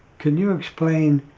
can you explain